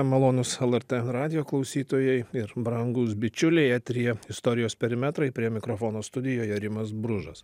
malonūs lrt radijo klausytojai ir brangūs bičiuliai eteryje istorijos perimetrai prie mikrofono studijoje rimas bružas